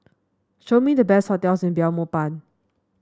show me the best hotels in Belmopan